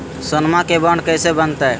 सोनमा के बॉन्ड कैसे बनते?